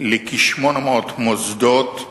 לכ-800 מוסדות,